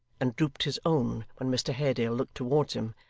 and drooped his own when mr haredale looked towards him,